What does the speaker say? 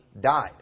died